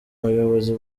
ubuyobozi